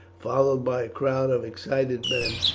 followed by a crowd of excited men,